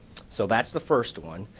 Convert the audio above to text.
so that's the first one.